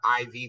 IV